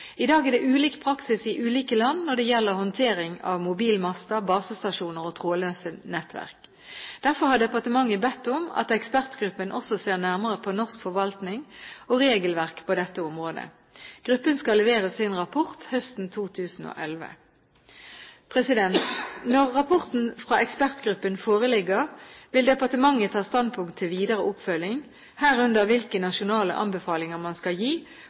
I dag er det ulik praksis i ulike land når det gjelder håndtering av mobilmaster, basestasjoner og trådløse nettverk. Derfor har departementet bedt om at ekspertgruppen også ser nærmere på norsk forvaltning og regelverk på dette området. Gruppen skal levere sin rapport høsten 2011. Når rapporten fra ekspertgruppen foreligger, vil departementet ta standpunkt til videre oppfølging, herunder hvilke nasjonale anbefalinger man skal gi